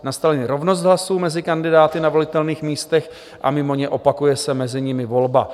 Nastaneli rovnost hlasů mezi kandidáty na volitelných místech a mimo ně, opakuje se mezi nimi volba.